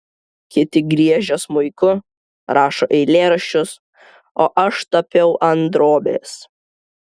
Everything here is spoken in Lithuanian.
kiti griežia smuiku rašo eilėraščius o aš tapiau ant drobės